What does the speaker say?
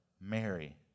Mary